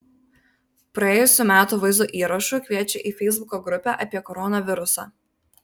praėjusių metų vaizdo įrašu kviečia į feisbuko grupę apie koronavirusą